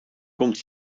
komt